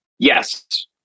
Yes